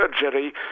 surgery